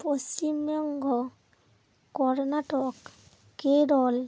Paschimbanga Karnataka Kerala